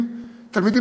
פנינה,